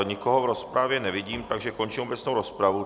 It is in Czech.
Nikoho v rozpravě nevidím, takže končím obecnou rozpravu.